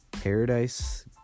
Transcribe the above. Paradise